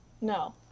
No